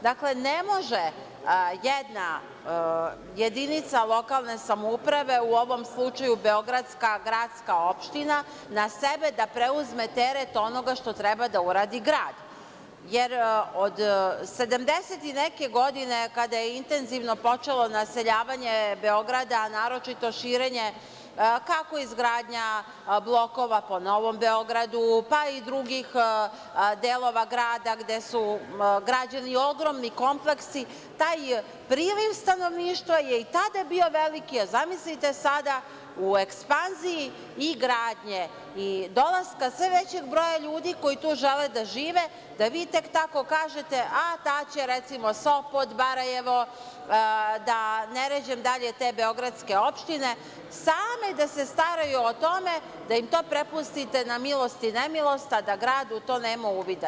Dakle, ne može jedna jedinica lokalne samouprave, u ovom slučaju beogradska gradska opština, na sebe da preuzme teret onoga što treba da uradi grad, jer od 1970. i neke godine, kada je intenzivno počelo naseljavanje Beograda, naročito širenje, kako izgradnja blokova po Novom Beogradu, pa i drugih delova grada gde su građeni ogromni kompleksi, taj priliv stanovništva je i tada bio veliki, a zamislite sada u ekspanziji i gradnje i dolaska sve većeg broja ljudi koji tu žele da žive, da vi tek tako kažete - a, tada će recimo, Sopot, Barajevo, da ne ređam dalje, te beogradske opštine, same da se staraju o tome, da im to prepustite na milost i nemilost, a da grad u to nema uvida.